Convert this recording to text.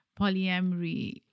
polyamory